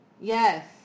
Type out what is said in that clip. Yes